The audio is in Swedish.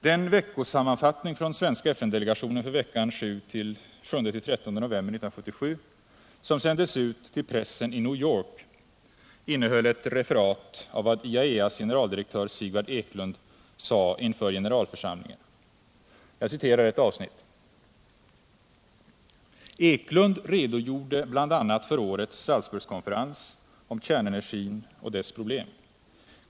Den veckosammanfattning från svenska FN-delegationen för veckan 7-13 november 1977 som sändes ut till pressen i New York innehöll ett referat av vad IAEA:s generaldirektör Sigvard Eklund sade inför generalförsamlingen. Jag citerar ett avsnitt: ”Eklund redogjorde bl.a. för årets Salzburgkonferens om kärnenergin och dess problem.